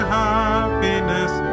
happiness